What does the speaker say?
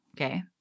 okay